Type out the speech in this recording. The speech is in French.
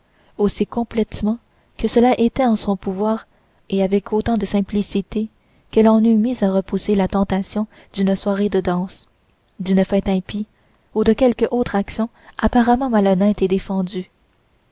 aussi complètement que cela était en son pouvoir et avec autant de simplicité qu'elle en eût mis à repousser la tentation d'une soirée de danse d'une fête impie ou de quelque autre action apparemment malhonnête et défendue